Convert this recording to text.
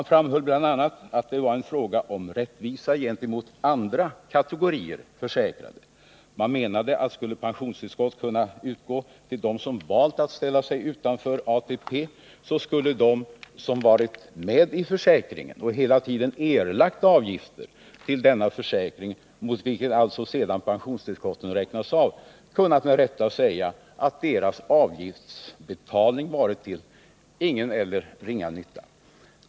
a. framhöll man att det var en fråga om rättvisa gentemot andra kategorier försäkrade. Man menade att skulle pensionstillskott kunna utgå till dem som valt att ställa sig utanför ATP, så skulle de som varit med i försäkringen och hela tiden erlagt avgifter till denna försäkring, mot vilket alltså sedan pensionstillskotten räknas av, kunna med rätta säga att deras avgiftsbetalning varit till ingen eller ringa nytta.